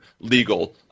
legal